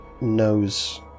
knows